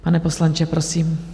Pane poslanče, prosím.